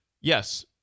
yes